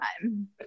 time